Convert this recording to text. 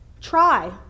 Try